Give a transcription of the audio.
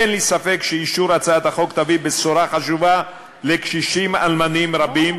אין לי ספק שאישור הצעת החוק יביא בשורה חשובה לקשישים אלמנים רבים,